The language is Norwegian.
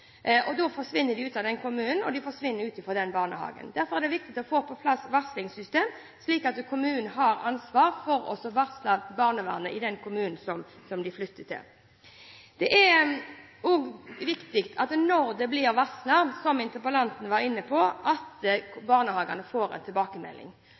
Da forsvinner de ut av den kommunen, og barna forsvinner ut av den barnehagen. Derfor er det viktig å få på plass et varslingssystem, slik at kommunen har ansvaret for å varsle barnevernet i den kommunen som de flytter til. Det er også viktig at når det blir varslet – som interpellanten var inne på – at